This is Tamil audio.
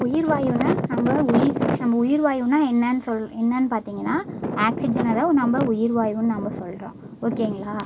உயிர்வாய்வுனால் நம்ம உயிர் நம்ம உயிர்வாய்வுனால் என்னன்னு சொல் என்னன்னு பார்த்திங்கனா ஆக்சிஜனை தான் நம்ம உயிர்வாய்வுன்னு நம்ம சொல்கிறோம் ஓகேங்களா